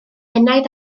enaid